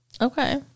Okay